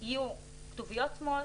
יהיו כתוביות סמויות,